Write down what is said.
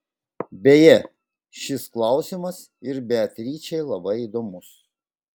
beje šis klausimas ir beatričei labai įdomus